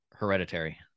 Hereditary